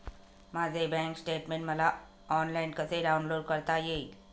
माझे bank statement मला online कसे डाउनलोड करता येईल?